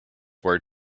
word